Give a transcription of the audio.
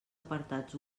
apartats